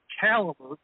caliber